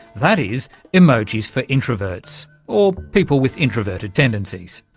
that is emojis for introverts or people with introverted tendencies.